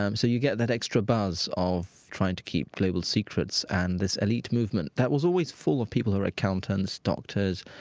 um so you get that extra buzz of trying to keep global secrets. and this elite movement that was always full of people who were accountants, doctors,